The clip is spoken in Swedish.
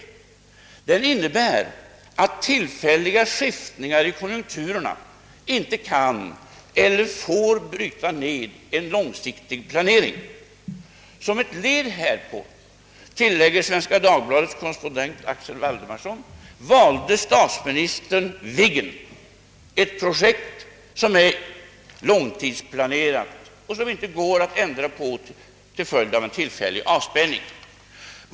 Denna politik innebär att tillfälliga skiftningar i konjunkturerna inte kan eller får bryta ned en långsiktig planering. »Som ett led härpå», tillägger Svenska Dagbladets korrespondent Axel Waldemarsson, »valde statsministern ”Viggen', ett projekt som är långtidsplanerat och som inte går att ändra på till följd av en tillfällig spänning».